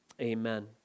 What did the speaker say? Amen